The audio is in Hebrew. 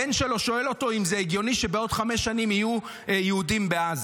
הבן שלו שואל אותו אם זה הגיוני שבעוד חמש שנים יהיו יהודים בעזה,